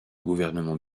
gouvernement